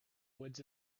woods